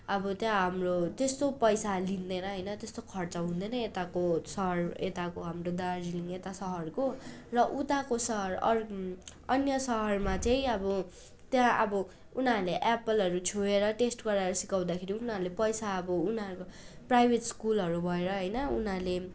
अब त्यहाँ हाम्रो त्यस्तो पैसा लिँदैन होइन त्यस्तो खर्च हुँदैन यताको सहर यताको हाम्रो दार्जिलिङ एता सहरको र उताको सहर अन्य सहरमा चाहिँ अब त्यहाँ अब उनीहरूले एप्पलहरू छोएर टेस्ट गराएर सिकाउँदाखेरि उनीहरूले पैसा अब उनीहरूको प्राइभेट स्कुलहरू भएर होइन उनीहरूले